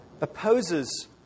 opposes